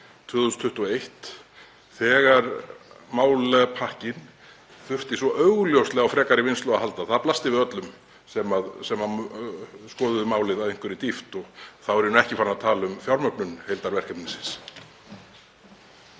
2021 þegar hann þurfti svo augljóslega á frekari vinnslu að halda. Það blasti við öllum sem skoðuðu málið af einhverri dýpt og þá er ég ekki farinn að tala um fjármögnun heildarverkefnisins.